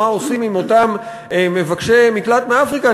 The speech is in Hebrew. מה עושים עם אותם מבקשי מקלט מאפריקה,